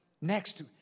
Next